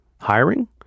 Hiring